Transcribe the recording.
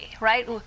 right